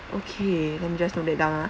okay let me just note that down uh